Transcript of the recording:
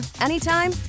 anytime